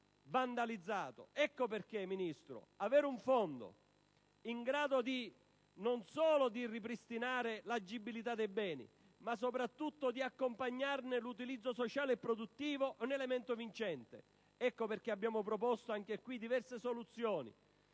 Ecco perché, Ministro, avere un fondo in grado non solo di ripristinare l'agibilità dei beni ma soprattutto di accompagnarne l'utilizzo sociale e produttivo è un elemento vincente. Ecco perché abbiamo proposto anche qui diverse soluzioni.